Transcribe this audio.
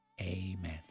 amen